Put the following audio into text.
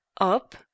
Up